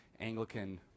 Anglican